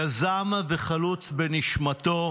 יזם וחלוץ בנשמתו,